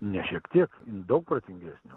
ne šiek tiek jin daug protingesnė